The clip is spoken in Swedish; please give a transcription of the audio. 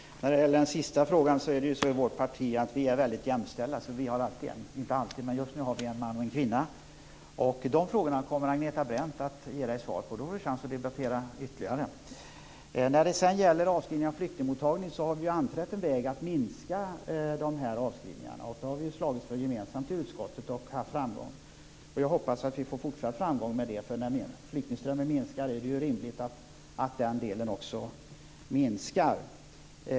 Herr talman! Jag tar den sista frågan först. I vårt parti är vi väldigt jämställda så vi har en man och en kvinna på det området. Så är det inte alltid men just nu är det så. De frågorna kommer Agneta Brendt att ge svar på så då får Eva Zetterberg en chans till ytterligare debatt. När det gäller avskrivningar och flyktingmottagningen har vi anträtt en väg som innebär att vi skall minska avskrivningarna. Det har vi ju gemensamt slagits för i utskottet och där har vi haft framgång. Jag hoppas på fortsatt framgång i det avseendet, för när flyktingströmmen minskar är det rimligt att den delen också minskar.